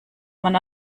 man